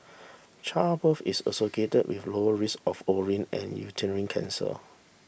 childbirth is associated with low risk of ovarian and uterine cancer